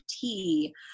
tea